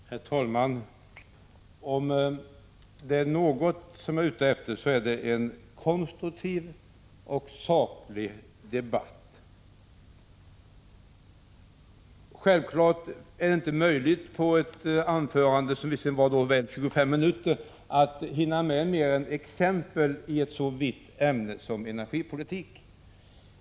Herr talman! Om det är något som jag är ute efter så är det en konstruktiv och saklig debatt. Självfallet är det inte möjligt att i ett anförande —som visserligen varade väl 25 minuter — hinna med mer än exempel i ett så vitt ämne som energipolitiken.